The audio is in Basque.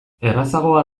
errazagoa